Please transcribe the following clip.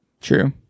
True